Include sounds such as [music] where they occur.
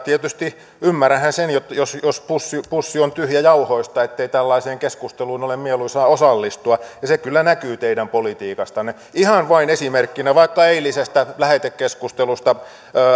[unintelligible] tietysti ymmärränhän sen jos pussi jos pussi on tyhjä jauhoista ei tällaiseen keskusteluun ole mieluisaa osallistua ja se kyllä näkyy teidän politiikastanne ihan vain esimerkkinä vaikka eilisestä lähetekeskustelusta